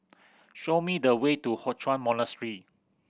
show me the way to Hock Chuan Monastery